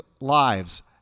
lives